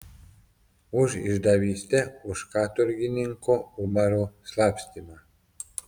už išdavystę už katorgininko umaro slapstymą